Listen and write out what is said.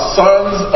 sons